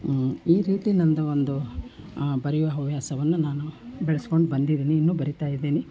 ಈ ರೀತಿ ನನ್ನದು ಒಂದು ಬರೆಯೋ ಹವ್ಯಾಸವನ್ನು ನಾನು ಬೆಳ್ಸ್ಕೊಂಡು ಬಂದಿದ್ದೀನಿ ಇನ್ನೂ ಬರಿತಾ ಇದ್ದೀನಿ